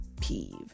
peeve